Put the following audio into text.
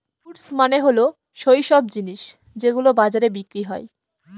goods মানে হল সৈইসব জিনিস যেগুলো বাজারে বিক্রি হয়